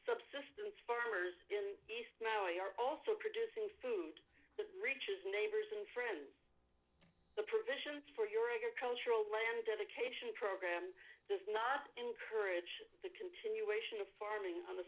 subsistence farmers in the east now we are also producing food reaches neighbors and friends the provision for your agricultural land dedication program does not encourage the continuation of farming on a